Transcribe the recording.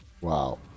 Wow